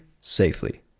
safely